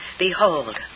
Behold